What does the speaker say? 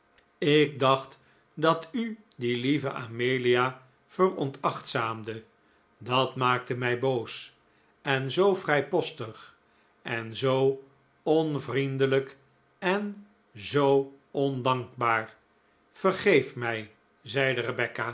ik dacht dat u die lieve amelia veronachtzaamde dat maakte mij boos en zoo vrijpostig en zoo onvriendelijk en zoo ondankbaar vergeef mij